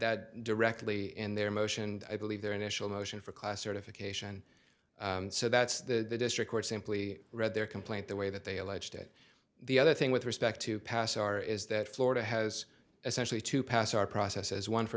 that directly in their motion i believe their initial motion for class certification so that's the district court simply read their complaint the way that they alleged it the other thing with respect to pass are is that florida has essentially to pass our process as one for